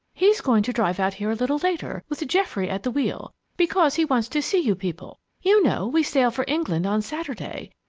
he's going to drive out here a little later, with geoffrey at the wheel, because he wants to see you people. you know, we sail for england on saturday,